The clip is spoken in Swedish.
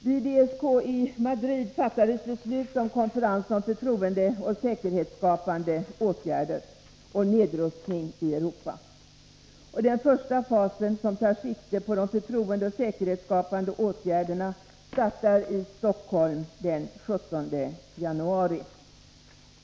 Vid ESK i Madrid fattades beslut om en konferens om förtroendeoch säkerhetsskapande åtgärder och nedrustning i Europa. Den första fasen, som tar sikte på de förtroendeoch säkerhetsskapande åtgärderna, startar i Stockholm den 17 januari.